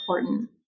important